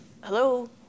Hello